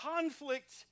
conflict